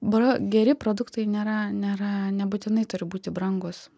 bra geri produktai nėra nėra nebūtinai turi būti brangūs